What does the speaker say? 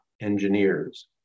Engineers